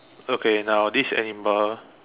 okay now this animal